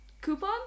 Coupon